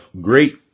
great